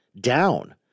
down